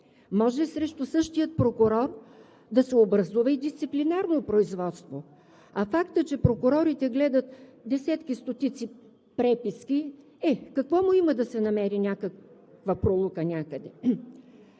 Може срещу същия прокурор да се образува и дисциплинарно производство. А фактът, че прокурорите гледат десетки, стотици преписки – е, какво има да се намери някаква пролука някъде?!